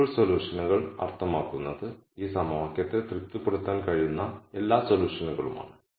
feasible സൊല്യൂഷനുകൾ അർത്ഥമാക്കുന്നത് ഈ സമവാക്യത്തെ തൃപ്തിപ്പെടുത്താൻ കഴിയുന്ന എല്ലാ സൊല്യൂഷനുകളുമാണ്